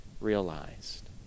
realized